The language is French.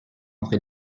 entre